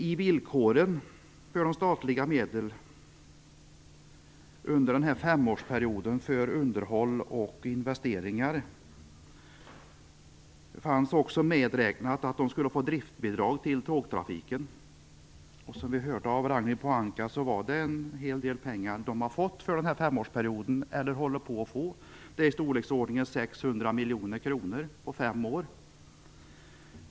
I villkoren för de statliga medlen, omfattande underhåll och investeringar under en femårsperiod, ingick också ett driftsbidrag till tågtrafiken. Som vi hörde av Ragnhild Pohanka är det fråga om en hel del pengar för femårsperioden, i storleksordningen 600 miljoner kronor.